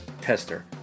tester